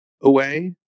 away